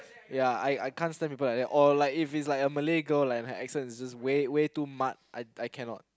ya I I can't stand people like that or if like if it's like Malay girl like like her accent is way too mat I I cannot